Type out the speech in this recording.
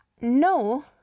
No